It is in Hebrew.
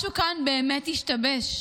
משהו כאן באמת השתבש.